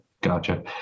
gotcha